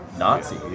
Nazi